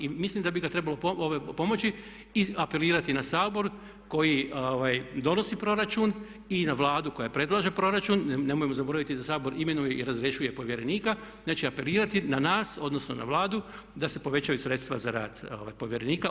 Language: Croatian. I mislim da bi ga trebalo pomoći i apelirati na Sabor koji donosi proračun i na Vladu koja predlaže proračun, nemojmo zaboraviti da Sabor imenuje i razrješuje povjerenika, znači apelirati na nas odnosno na Vladu da se povećaju sredstva za rad povjerenika.